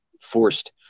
forced